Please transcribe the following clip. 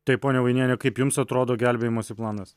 taip ponia vainiene kaip jums atrodo gelbėjimosi planas